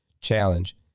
challenge